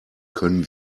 können